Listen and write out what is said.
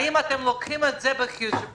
האם אתם לוקחים את זה בחשבון